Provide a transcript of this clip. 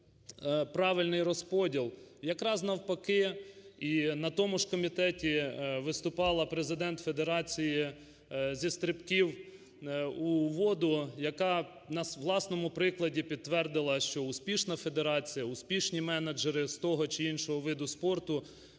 правильний розподіл, якраз навпаки. І на тому ж комітеті виступала президент Федерації зі стрибків у воду, яка на власному прикладі підтвердила, що успішна федерація, успішні менеджери з того чи іншого виду спорту